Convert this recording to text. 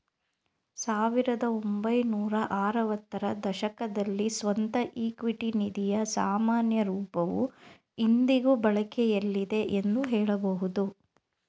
ಸಾವಿರದ ಒಂಬೈನೂರ ಆರವತ್ತ ರ ದಶಕದಲ್ಲಿ ಸ್ವಂತ ಇಕ್ವಿಟಿ ನಿಧಿಯ ಸಾಮಾನ್ಯ ರೂಪವು ಇಂದಿಗೂ ಬಳಕೆಯಲ್ಲಿದೆ ಎಂದು ಹೇಳಬಹುದು